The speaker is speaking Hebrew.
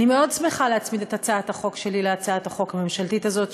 אני מאוד שמחה להצמיד את הצעת החוק שלי להצעת החוק הממשלתית הזאת,